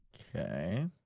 Okay